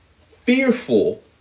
fearful